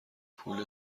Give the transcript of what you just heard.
پول